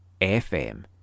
FM